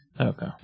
Okay